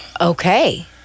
Okay